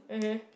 mmhmm